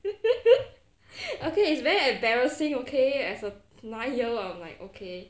okay it's very embarrassing okay as a nine year I'm like okay